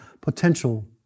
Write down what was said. potential